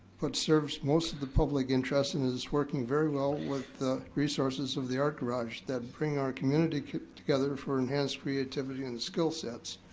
but serves most of the public interest and is working very well with resources of the art garage that bring our community together for enhanced creativity and skill sets.